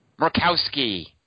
Murkowski